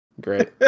great